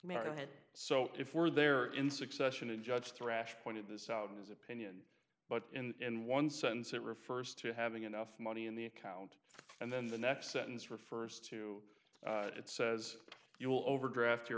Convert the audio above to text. it so if we're there in succession a judge thrashed pointed this out in his opinion but in one sense it refers to having enough money in the account and then the next sentence refers to it says you will overdraft your